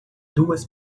duas